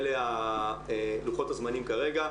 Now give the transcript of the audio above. אלה לוחות הזמנים כרגע.